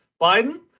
Biden